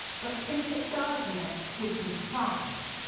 but bishop gardiner was in france.